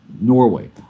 Norway